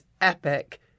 epic